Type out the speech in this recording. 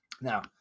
Now